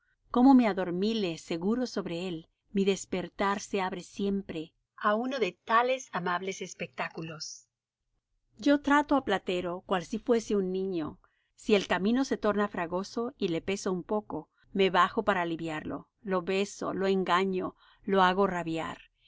como me adormile seguro sobre él mi despertar se abre siempre á uno de tales amables espectáculos yo trato á platero cual si fuese un niño si el camino se torna fragoso y le peso un poco me bajo para aliviarlo lo beso lo engaño lo hago rabiar